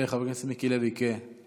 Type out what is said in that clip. ואת חבר הכנסת מיקי לוי כתומך,